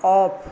off